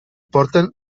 porten